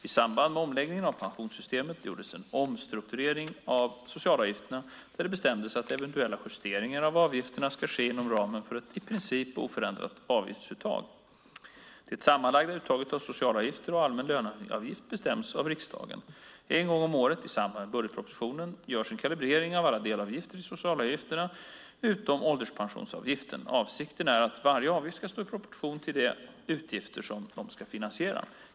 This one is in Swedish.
I samband med omläggningen av pensionssystemet gjordes en omstrukturering av socialavgifterna där det bestämdes att eventuella justeringar av avgifterna ska ske inom ramen för ett i princip oförändrat avgiftsuttag. Det sammanlagda uttaget av socialavgifter och allmän löneavgift bestäms av riksdagen. En gång om året, i samband med budgetprocessen, görs en kalibrering av alla delavgifter i socialavgifterna utom ålderspensionsavgiften. Avsikten är att varje avgift ska stå i rätt proportion till de utgifter den ska finansiera.